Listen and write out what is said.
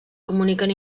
comuniquen